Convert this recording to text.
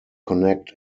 connect